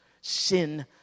sin